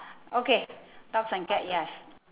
okay dogs and cats yes